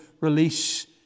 release